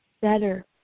better